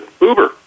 Uber